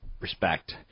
respect